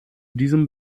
diesem